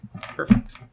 Perfect